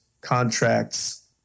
contracts